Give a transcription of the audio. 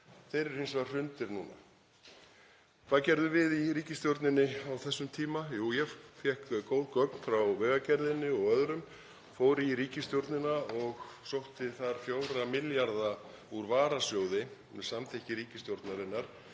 Þeir eru hins vegar hrundir núna. Hvað gerðum við í ríkisstjórninni á þessum tíma? Jú, ég fékk góð gögn frá Vegagerðinni og öðrum, fór í ríkisstjórnina og sótti þar 4 milljarða úr varasjóði, með samþykki ríkisstjórnarinnar,